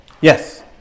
Yes